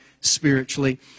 spiritually